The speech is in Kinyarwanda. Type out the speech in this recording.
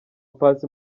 paccy